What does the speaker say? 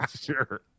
Sure